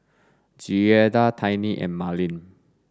Giada Tiny and Marlene